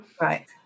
right